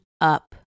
up